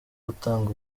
gutanga